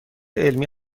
علمی